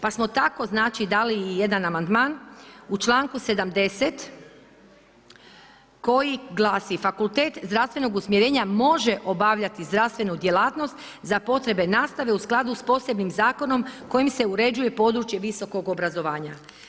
Pa smo tako znači dali i jedan amandman u članku 70. koji glasi: fakultet zdravstvenog usmjerenja može obavljati zdravstvenu djelatnost za potrebe nastave u skladu s posebnim zakonom kojim se uređuje područje visokog obrazovanja.